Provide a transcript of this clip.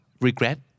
Regret